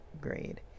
grade